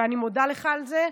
ואני מודה לך על זה.